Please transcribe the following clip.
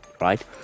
right